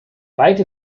weite